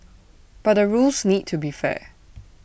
but the rules need to be fair